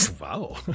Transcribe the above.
wow